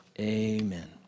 amen